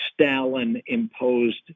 Stalin-imposed